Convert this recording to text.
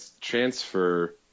transfer